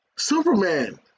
Superman